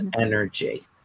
energy